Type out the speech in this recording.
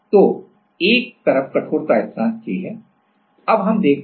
तो एक तरफ कठोरता स्थिरांक K है